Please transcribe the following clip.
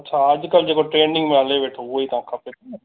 अच्छा अॼकल्ह जेको ट्रैंडिंग में हले वेठो उहेई तव्हांखे खपे न